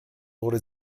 wurde